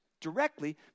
Directly